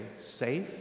safe